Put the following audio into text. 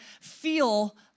feel